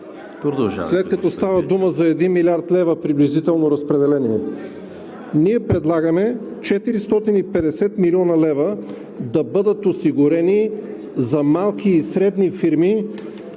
След като става дума за 1 млрд. лв., приблизително разпределени, ние предлагаме 450 млн. лв. да бъдат осигурени за малки и средни фирми,